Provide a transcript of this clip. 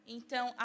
Então